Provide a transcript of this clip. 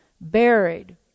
buried